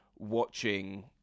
Watching